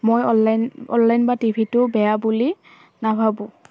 মই online online বা টিভিটো বেয়া বুলি নাভাবোঁ